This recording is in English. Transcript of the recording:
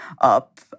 up